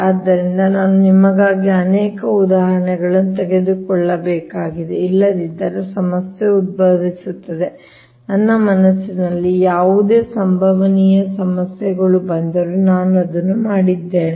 ಆದ್ದರಿಂದ ನಾನು ನಿಮಗಾಗಿ ಅನೇಕ ಉದಾಹರಣೆಗಳನ್ನು ತೆಗೆದುಕೊಳ್ಳಬೇಕಾಗಿದೆ ಇಲ್ಲದಿದ್ದರೆ ಸಮಸ್ಯೆ ಉದ್ಭವಿಸುತ್ತದೆ ಅಥವಾ ನನ್ನ ಮನಸ್ಸಿನಲ್ಲಿ ಯಾವುದೇ ಸಂಭವನೀಯ ಸಮಸ್ಯೆಗಳು ಬಂದರೂ ನಾನು ಅದನ್ನು ಮಾಡಿದ್ದೇನೆ